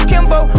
Kimbo